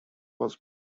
was